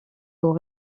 aux